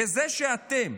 וזה שאתם,